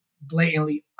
blatantly